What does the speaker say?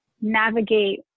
navigate